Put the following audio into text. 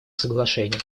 соглашению